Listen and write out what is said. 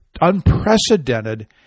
unprecedented